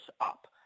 up